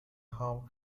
هام